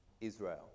Israel